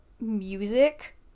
music